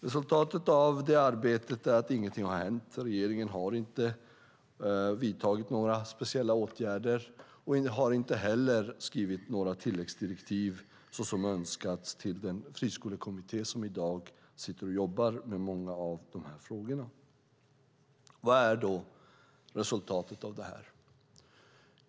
Resultatet av det arbetet är att ingenting har hänt. Regeringen har inte vidtagit några speciella åtgärder och har inte heller skrivit några tilläggsdirektiv, såsom önskats, till den friskolekommitté som i dag sitter och jobbar med många av de här frågorna. Vad är då resultatet av det här?